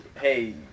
hey